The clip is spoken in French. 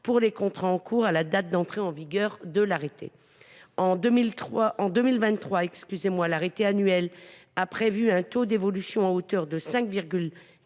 pour les contrats en cours à la date d’entrée en vigueur de l’arrêté. En 2023, l’arrêté annuel a prévu un taux d’évolution à hauteur de 5,14